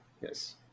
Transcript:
Yes